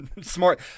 Smart